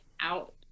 out